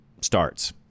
starts